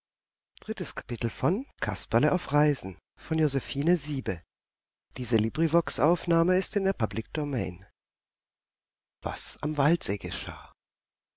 was am waldsee geschah